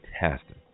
fantastic